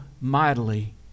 mightily